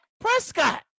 Prescott